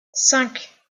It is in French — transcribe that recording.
cinq